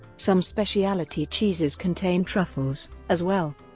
some speciality cheeses contain truffles, as well.